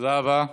תודה רבה.